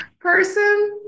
person